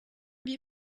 wir